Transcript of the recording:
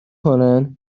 کنن